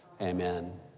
Amen